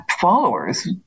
followers